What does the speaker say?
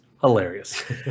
hilarious